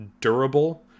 durable